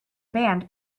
band